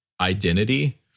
identity